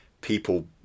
people